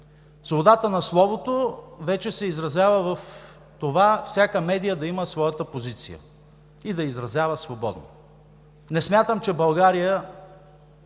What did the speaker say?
Свободата на словото вече се изразява в това всяка медия да има своята позиция и да я изразява свободно. Не смятам, че България